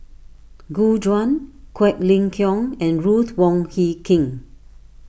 Gu Juan Quek Ling Kiong and Ruth Wong Hie King